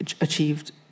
achieved